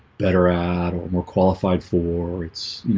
better add or qualified for it's you know,